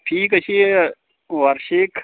fee कशी आहे वार्षिक